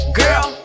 girl